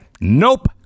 Nope